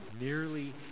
nearly